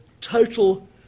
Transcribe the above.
total